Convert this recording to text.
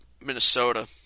Minnesota